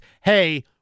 hey